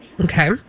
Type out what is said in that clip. Okay